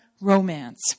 romance